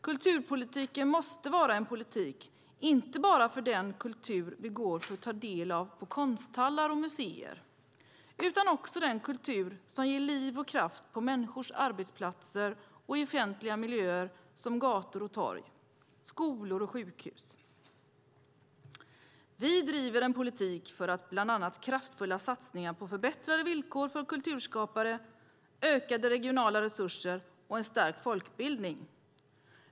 Kulturpolitiken måste vara en politik inte bara för den kultur vi går för att ta del av på konsthallar och museer utan också för den kultur som ger liv och kraft på människors arbetsplatser och i offentliga miljöer som gator och torg, skolor och sjukhus. Vi driver en politik för bland annat kraftfulla satsningar på förbättrade villkor för kulturskapare, ökade regionala resurser och en stärkt folkbildning.